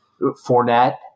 Fournette